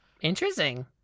Interesting